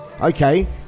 okay